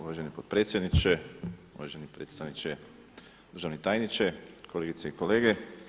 Uvaženi potpredsjedniče, uvaženi predstavniče državni tajniče, kolegice i kolege.